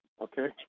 Okay